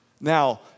Now